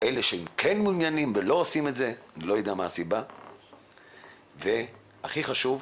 אלה שכן מעוניינות ולא עושות זאת והכי חשוב,